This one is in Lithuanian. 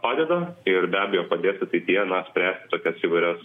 padeda ir be abejo padės ateityje na spręsti tokias įvairias